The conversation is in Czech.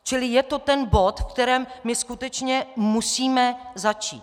Čili je to ten bod, kterým my skutečně musíme začít.